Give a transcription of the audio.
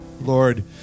Lord